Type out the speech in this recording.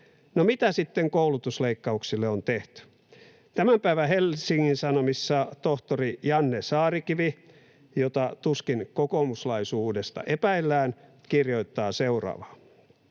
No, mitä sitten koulutusleikkauksille on tehty? Tämän päivän Helsingin Sanomissa tohtori Janne Saarikivi, jota tuskin kokoomuslaisuudesta epäillään, kirjoittaa seuraavaa: